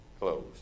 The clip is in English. closed